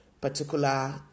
particular